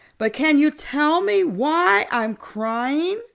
but can you tell me why i'm crying?